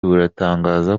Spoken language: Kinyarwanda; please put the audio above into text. butangaza